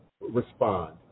respond